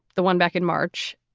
the one back in march,